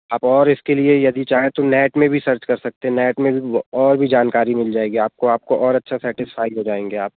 आप और इसके लिए यदि चाहें तो नेट में भी सर्च कर सकते हैं नेट में भी और भी जानकारी मिल जाएगी आपको आपको और अच्छा सैटिसफ़ाइड हो जाएंगे आप